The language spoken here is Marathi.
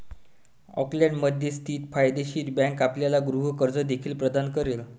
ऑकलंडमध्ये स्थित फायदेशीर बँक आपल्याला गृह कर्ज देखील प्रदान करेल